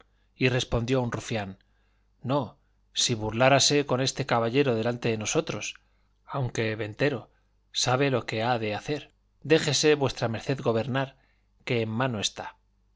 y respondió un rufián no sino burlárase con este caballero delante de nosotros aunque ventero sabe lo que ha de hacer déjese v md gobernar que en mano está